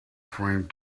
framed